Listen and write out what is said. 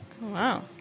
wow